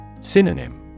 Synonym